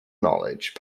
knowledge